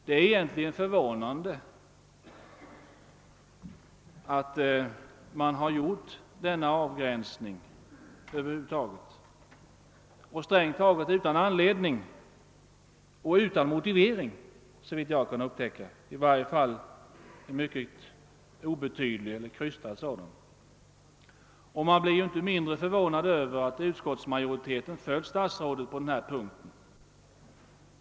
Det är egentligen förvånande att man har gjort denna avgränsning strängt taget utan anledning och såvitt jag kunnat upptäcka utan motivering. Om en sådan finns är den i varje fall mycket obe tydlig och krystad. Man blir inte mindre förvånad över att utskottsmajoriteten följt statsrådet på denna punkt.